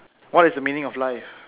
what is the meaning of life